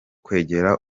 kwegera